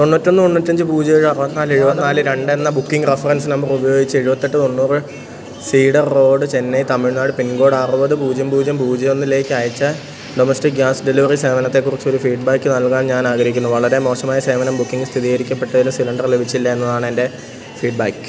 തൊണ്ണൂറ്റൊന്ന് തൊണ്ണുറ്റഞ്ച് പൂജ്യം ഏഴ് അറുപത്തിനാല് എഴുപത്തിനാല് രണ്ട് എന്ന ബുക്കിങ് റഫറൻസ് നമ്പർ ഉപയോഗിച്ച് എഴുപത്തെട്ട് തൊണ്ണൂറ് cedar road Chennai Tamil Nadu pincode അറുപത് പൂജ്യം പൂജ്യം പൂജ്യം ഒന്നിലേക്ക് അയച്ച ഡൊമസ്റ്റിക്ക് ഗ്യാസ് ഡെലിവറി സേവനത്തെ കുറിച്ചൊരു ഫീഡ്ബാക്ക് നൽകാൻ ഞാൻ ആഗ്രഹിക്കുന്നു വളരെ മോശമായ സേവനം ബുക്കിങ് സ്ഥിതീകരിക്കപ്പെട്ടേൽ സിലിണ്ടർ ലഭിച്ചില്ല എന്നതാണെൻ്റെ ഫീഡ്ബാക്ക്